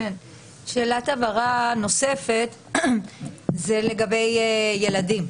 שאלת הבהרה נוספת היא לגבי ילדים.